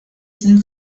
sent